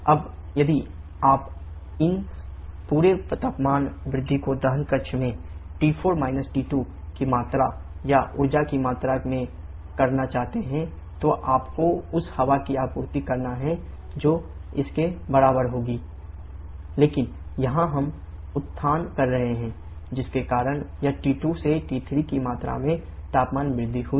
अब यदि आप इस पूरे तापमान वृद्धि को दहन कक्ष में T4 T2 की मात्रा या ऊर्जा की मात्रा में करना चाहते हैं जो आपको उस हवा की आपूर्ति करना है जो इसके बराबर होगी qinma cpa T4 T2 लेकिन यहाँ हम उत्थान कर रहे हैं जिसके कारण यह T2 से T3 की मात्रा में तापमान वृद्धि हुई है